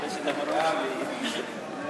הצעת חוק שחרור על-תנאי ממאסר